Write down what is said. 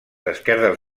esquerdes